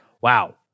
Wow